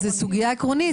זאת סוגיה עקרונית,